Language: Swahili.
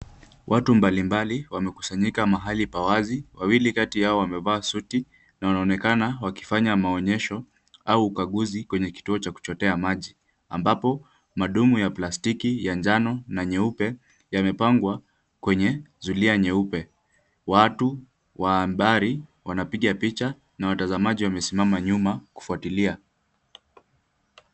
Watu mbalimbali wamekusanyika mahali pa wazi. Wawili kati yao wamevaa suti na wanaonekana wakifanya maonyesho au ukaguzi kwenye kituo cha kuchotea maji, ambapo madumu ya plastiki ya njano na nyeupe yamepangwa kwenye zulia nyeupe. Watu wa mbali wanapiga picha na watazamaji wamesimama nyuma kufuatilia.